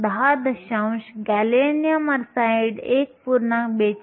10 gallium arsenide 1